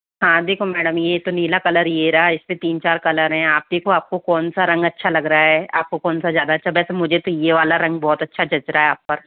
हाँ देखो मैडम यह तो नीला कलर यह रहा इसमें तीन चार कलर हैं आप देखो आपको कौन सा रंग अच्छा लग रहा है आपको कौन सा ज़्यादा अच्छा वैसे मुझे तो यह वाला रंग बहुत जच रहा है आप पर